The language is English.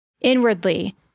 Inwardly